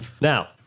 Now